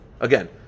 again